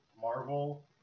Marvel